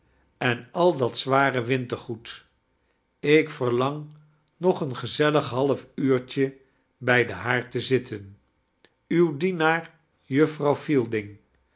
en al dat zware wintergoed ik verlang nog een geeellig half uurtje bij den haard te zitten tjw dienaar